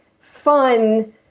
fun